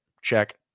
Check